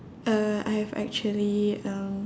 uh I have actually um